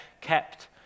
kept